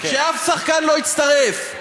שאף שחקן לא יצטרף.